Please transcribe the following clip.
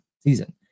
season